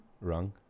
Wrong